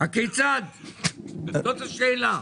זאת השאלה?